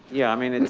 yeah. i mean, and